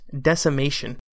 decimation